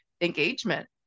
engagement